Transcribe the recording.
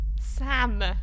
Sam